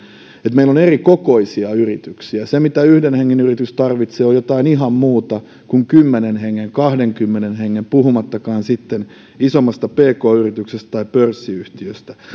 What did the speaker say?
että meillä on erikokoisia yrityksiä se mitä yhden hengen yritys tarvitsee on jotain ihan muuta kuin kymmenen hengen tai kahdenkymmenen hengen yrityksen tarpeet puhumattakaan sitten isommasta pk yrityksestä tai pörssiyhtiöstä